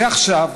ועכשיו,